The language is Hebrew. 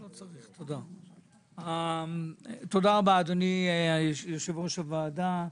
תודה רבה, אדוני יושב-ראש הוועדה.